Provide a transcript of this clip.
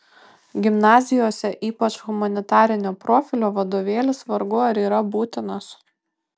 gimnazijose ypač humanitarinio profilio vadovėlis vargu ar yra būtinas